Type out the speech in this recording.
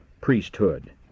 priesthood